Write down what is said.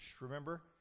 remember